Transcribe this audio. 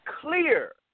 clear